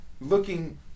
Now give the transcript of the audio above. looking